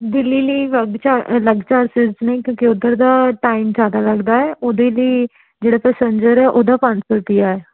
ਦਿੱਲੀ ਲਈ ਅਲੱਗ ਚਾ ਅਲੱਗ ਚਾਰਜਿਜ਼ ਨੇ ਕਿਉਂਕਿ ਉੱਧਰ ਦਾ ਟਾਈਮ ਜ਼ਿਆਦਾ ਲੱਗਦਾ ਹੈ ਉਹਦੇ ਲਈ ਜਿਹੜਾ ਪੈਸੈਨਜਰ ਹੈ ਉਹਦਾ ਪੰਜ ਸੌ ਰੁਪਈਆ ਹੈ